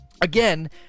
again